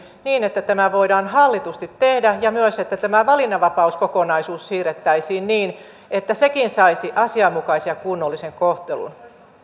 niin että tämä voidaan hallitusti tehdä ja myös että tämä valinnanvapauskokonaisuus siirrettäisiin niin että sekin saisi asianmukaisen ja kunnollisen kohtelun